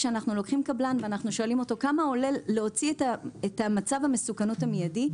כשאנחנו שואלים קבלן כמה עולה להוציא את מצב המסוכנות המידי,